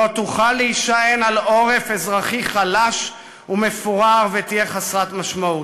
שלא תוכל להישען על עורף אזרחי חלש ומפורר ותהיה חסרת משמעות.